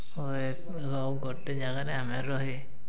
ଗୋଟେ ଯାଗାରେ ଆମେ ରହି